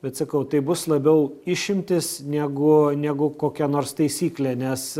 bet sakau tai bus labiau išimtis negu negu kokia nors taisyklė nes